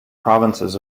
provinces